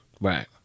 Right